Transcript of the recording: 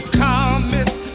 comets